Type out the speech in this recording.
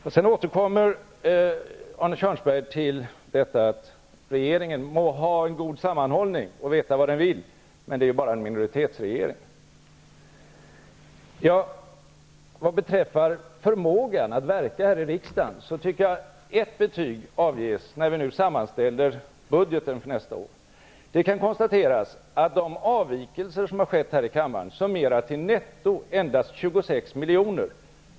Arne Kjörnsberg återkommer till detta att regeringen må ha god sammanhållning och veta vad den vill, men att den bara är en minoritetsregering. Vad beträffar förmågan att verka här i riksdagen tycker jag att ett betyg avges när vi nu sammanställer budgeten för nästa år. Det kan konstateras att avvikelserna kan summeras netto till endast 26 miljoner.